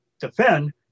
defend